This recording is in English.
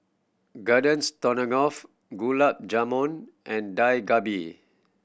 Garden Stroganoff Gulab Jamun and Dak Galbi